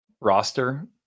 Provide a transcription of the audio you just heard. roster